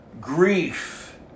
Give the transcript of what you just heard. grief